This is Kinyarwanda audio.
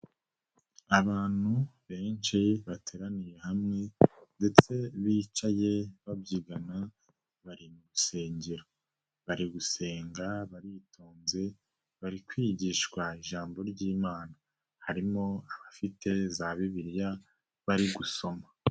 Abantu benshi bateraniye hamwe ndetse bicaye babyigana bari mu rusengero bari gusenga baritonze bari kwigishwa ijambo ry'imana harimo abafite za bibiliya bari gusoma.